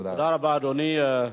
תודה רבה, אדוני.